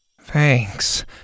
Thanks